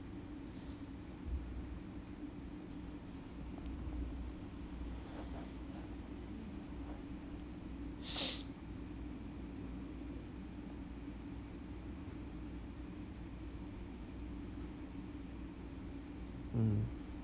mm